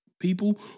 people